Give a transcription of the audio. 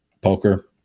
poker